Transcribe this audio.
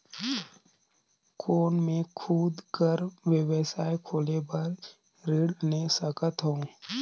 कौन मैं खुद कर व्यवसाय खोले बर ऋण ले सकत हो?